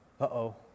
uh-oh